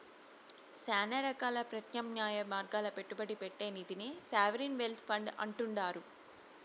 శానా రకాల ప్రత్యామ్నాయ మార్గాల్ల పెట్టుబడి పెట్టే నిదినే సావరిన్ వెల్త్ ఫండ్ అంటుండారు